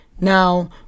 Now